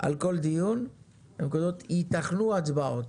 על כל דיון הן כותבות ייתכנו הצבעות.